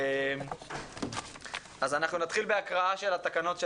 אנחנו נתחיל בהקראת התקנות של